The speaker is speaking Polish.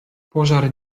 pożar